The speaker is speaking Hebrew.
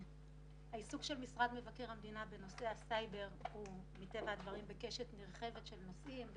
העיסוק של משרד מבקר המדינה בנושאי הסייבר הוא בקשת נרחבת של נושאים ,